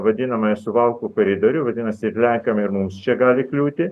vadinamąjį suvalkų koridorių vadinasi ir lenkam ir mums čia gali kliūti